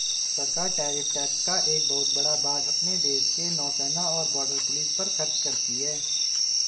सरकार tariff tax का एक बहुत बड़ा भाग अपने देश के नौसेना और बॉर्डर पुलिस पर खर्च करती हैं